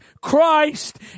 Christ